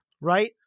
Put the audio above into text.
Right